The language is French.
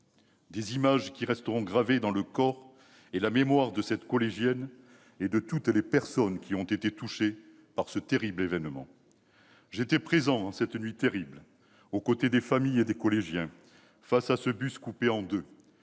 des images qui resteront gravées dans le corps et la mémoire de cette collégienne, ainsi que de toutes les personnes qui ont été touchées par ce terrible événement. J'étais présent, en cette nuit terrible, aux côtés des familles et des collégiens, face à ce bus coupé en deux,